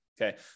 okay